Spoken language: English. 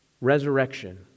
Resurrection